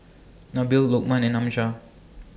Nabil Lokman and Amsyar